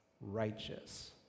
righteous